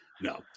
No